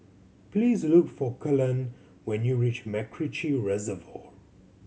please look for Kelan when you reach MacRitchie Reservoir